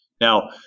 Now